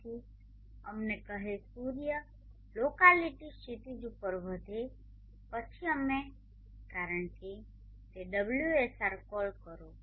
તેથી તેથી અમને કહે સૂર્ય લોકાલીટી ક્ષિતિજ ઉપર વધે પછી અમે કારણ કે તે ωsr કોલ કરો